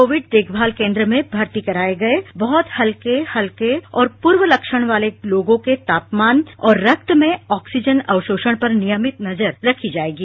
Covid देखभाल केंद्र में भर्ती कराए गए बहत हल्के हल्के और पूर्व लक्षण वाले लोगों के तापमान और रक्त में ऑक्सीजन अवशोषण पर नियमित नजर रखी जाएगी